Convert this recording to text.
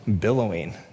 billowing